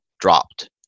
dropped